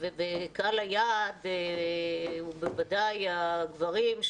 קהל היעד הוא בוודאי הגברים,